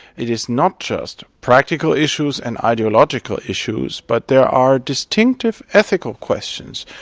it is not just practical issues and ideological issues, but there are distinctive ethical questions.